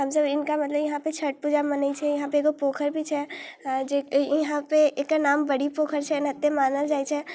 हमसब हिनका बदले इहाँपर छठ पूजा मनै छै इहाँपर एगो पोखरि भी छै इहाँपर एकर नाम बड़ी पोखरि छै एतेक मानल जाइ छै